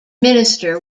minister